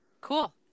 Cool